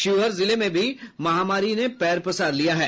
शिवहर जिले में भी महामारी ने पैर पसार लिया है